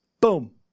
boom